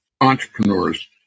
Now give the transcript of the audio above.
entrepreneurs